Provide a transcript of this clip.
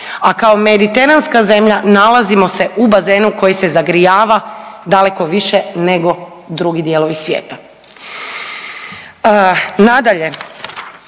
a kao mediteranska zemlja nalazimo se u bazenu koji se zagrijava dakle više nego drugi dijelovi svijeta. Nadalje,